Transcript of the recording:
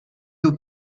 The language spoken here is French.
aux